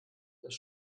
das